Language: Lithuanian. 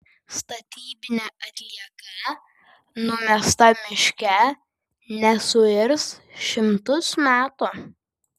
statybinė atlieka numesta miške nesuirs šimtus metų